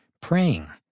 praying